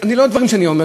זה לא דברים שרק אני אומר,